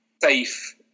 safe